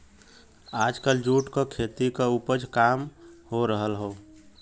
आजकल जूट क खेती क उपज काम हो रहल हौ